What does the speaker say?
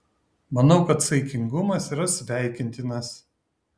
manau kad saikingumas yra sveikintinas